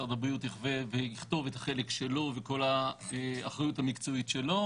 משרד הבריאות יחווה ויכתוב את החלק שלו וכל האחריות המקצועית שלו,